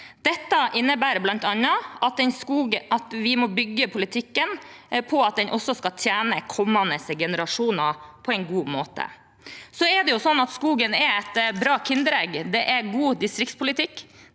Dette innebærer bl.a. at vi må bygge politikken på at den også skal tjene kommende generasjoner på en god måte. Skogen er et kinderegg: Det er god distriktspolitikk,